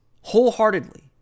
wholeheartedly